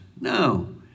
No